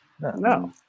No